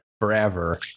forever